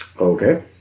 Okay